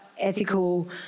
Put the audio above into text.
ethical